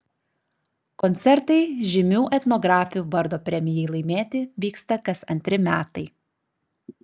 koncertai žymių etnografių vardo premijai laimėti vyksta kas antri metai